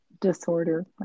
disorder